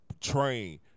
train